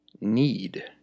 need